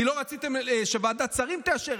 כי לא רציתם שוועדת שרים תאשר,